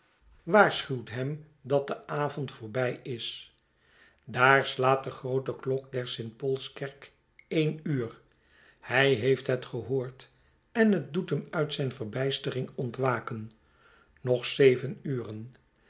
waarschuwt hern dat de avond voorbij is daar slaat de groote klok der st paul'skerk en uur hij heeft het gehoord en het doet hem nit zijn verbijstering ontwaken nog zeven uren